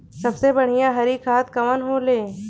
सबसे बढ़िया हरी खाद कवन होले?